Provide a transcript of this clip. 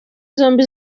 zombi